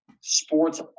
sports